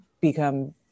become